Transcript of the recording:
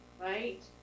right